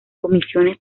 comisiones